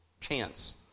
chance